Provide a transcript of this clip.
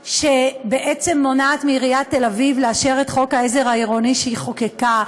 שבעצם מונעת מעיריית תל-אביב לאשר את חוק העזר העירוני שהיא חוקקה.